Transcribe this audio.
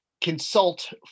consult